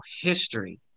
history